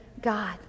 God